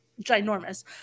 ginormous